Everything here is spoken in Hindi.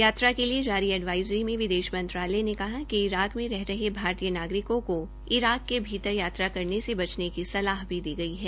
यात्रा के लिए जारी एडवाईजरी में विदेश मंत्रालय ने कहा कि इराक में रह रहे भारतीय नागरिकों को ईराक के भीतर यात्रा करने से बचने की सलाह भी दी गई है